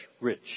Rich